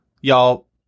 Y'all